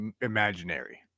imaginary